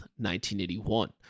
1981